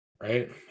right